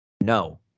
No